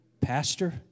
Pastor